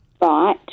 Right